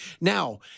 Now